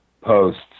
posts